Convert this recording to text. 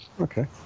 okay